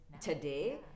today